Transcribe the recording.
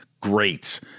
great